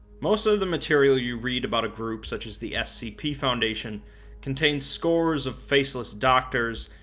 most of the material you read about a group such as the scp foundation contains scores of faceless doctors,